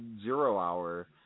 zero-hour